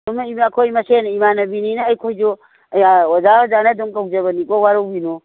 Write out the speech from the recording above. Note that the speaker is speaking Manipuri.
ꯁꯨꯝ ꯑꯩꯈꯣꯏ ꯃꯁꯦꯟ ꯏꯃꯥꯟꯅꯕꯤꯅꯤꯅ ꯑꯩꯈꯣꯏꯖꯨ ꯑꯣꯖꯥ ꯑꯣꯖꯥꯅ ꯑꯗꯨꯝ ꯀꯧꯖꯕꯅꯤꯀꯣ ꯋꯥꯔꯧꯕꯤꯅꯨ